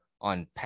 on